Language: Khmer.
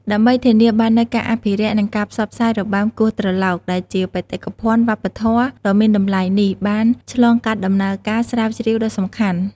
ដើម្បីធានាបាននូវការអភិរក្ស និងការផ្សព្វផ្សាយរបាំគោះត្រឡោក ដែលជាបេតិកភណ្ឌវប្បធម៌ដ៏មានតម្លៃនេះបានឆ្លងកាត់ដំណើរការស្រាវជ្រាវដ៏សំខាន់។